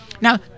Now